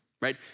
right